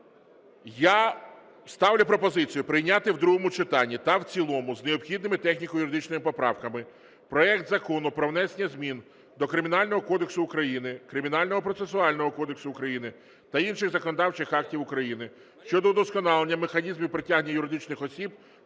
Я ставлю пропозицію прийняти в другому читанні та в цілому з необхідними техніко-юридичними поправками проект Закону про внесення змін до Кримінального кодексу України, Кримінального процесуального кодексу України та інших законодавчих актів України щодо удосконалення механізмів притягнення юридичних осіб